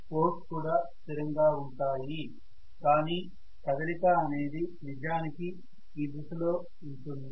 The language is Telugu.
పోల్స్ కూడా స్థిరంగా ఉంటాయి కానీ కదలిక అనేది నిజానికి ఈ దిశలో ఉంటుంది